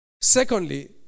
Secondly